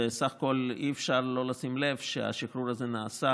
וסך הכול אי-אפשר שלא לשים לב שהשחרור הזה נעשה